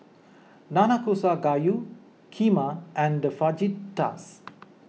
Nanakusa Gayu Kheema and Fajitas